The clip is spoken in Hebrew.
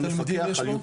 כמה יש שם היום?